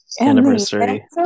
anniversary